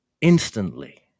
instantly